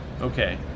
Okay